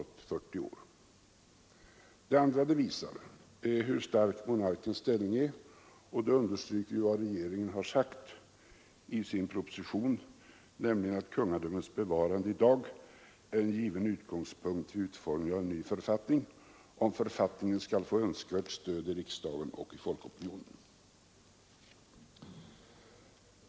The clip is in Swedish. Den andra synpunkten är att opinionsyttringarna bevisar hur stark monarkens ställning är. De understryker vad regeringen har sagt i sin proposition, nämligen att kungadömets bevarande i dag är en given utgångspunkt vid utformningen av en ny författning, om författningen skall få önskvärt stöd i riksdagen och i folkopinionen.